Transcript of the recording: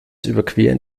überqueren